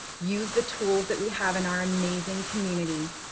use the tools that we have in our amazing community